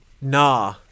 Nah